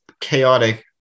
chaotic